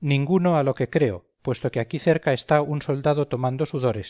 ninguno a lo que creo puesto que aquí cerca está un soldado tomando sudores